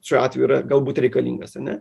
šiuo atveju yra galbūt reikalingas ane